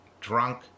Drunk